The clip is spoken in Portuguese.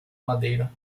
madeira